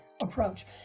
approach